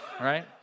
right